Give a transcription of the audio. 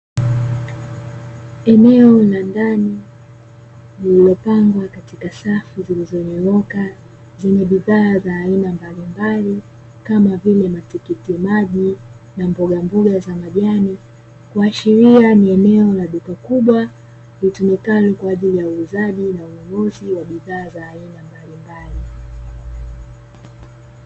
Eneo la ndani lililopangwa katika safu zilizonyooka, zenye bidhaa za aina mbalimbali kama vile matikitimaji na mbogamboga za majani, kuashiria ni eneo la duka kubwa, litumikalo kwa ajili ya uuzaji na ununuzi wa bidhaa aina mbalimbali.